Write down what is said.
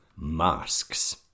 masks